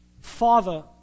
Father